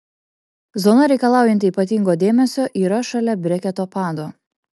zona reikalaujanti ypatingo dėmesio yra šalia breketo pado